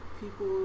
People